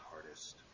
hardest